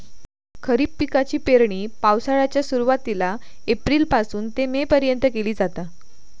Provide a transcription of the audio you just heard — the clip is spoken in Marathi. खरीप पिकाची पेरणी पावसाळ्याच्या सुरुवातीला एप्रिल पासून ते मे पर्यंत केली जाता